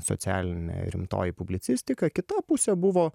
socialinė rimtoji publicistika kita pusė buvo